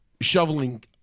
shoveling